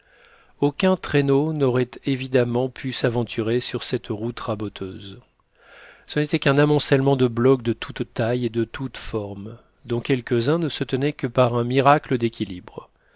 aucun traîneau n'aurait évidemment pu s'aventurer sur cette route raboteuse ce n'était qu'un amoncellement de blocs de toute taille et de toutes formes dont quelques-uns ne se tenaient que par un miracle d'équilibre